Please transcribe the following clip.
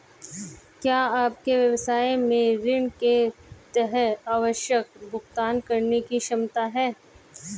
क्या आपके व्यवसाय में ऋण के तहत आवश्यक भुगतान करने की क्षमता है?